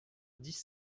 dix